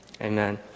Amen